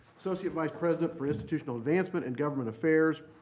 associate vice president for institutional advancement and government affairs,